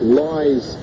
lies